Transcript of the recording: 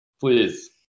Please